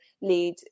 lead